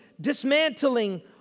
dismantling